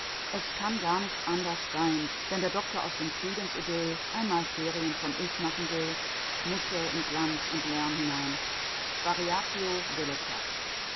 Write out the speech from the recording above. es kann gar nicht anders sein wenn der doktor aus dem friedensidyll einmal ferien vom ich machen will muß er in glanz und lärm hinein variatio delectat ich